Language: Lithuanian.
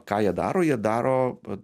ką jie daro jie daro vat